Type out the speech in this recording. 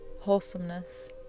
wholesomeness